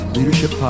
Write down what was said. Leadership